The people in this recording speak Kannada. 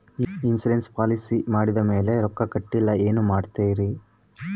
ಇನ್ಸೂರೆನ್ಸ್ ಪಾಲಿಸಿ ಮಾಡಿದ ಮೇಲೆ ರೊಕ್ಕ ಕಟ್ಟಲಿಲ್ಲ ಏನು ಮಾಡುತ್ತೇರಿ?